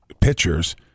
pitchers